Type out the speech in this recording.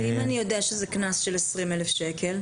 ואם אני יודע שזה קנס של עשרים אלף שקל?